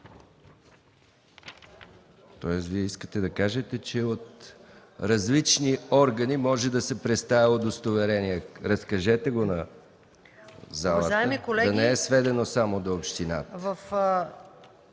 Тоест, Вие искате да кажете, че от различни органи може да се представя удостоверение? Разкажете го на залата, да не е сведено само до общината.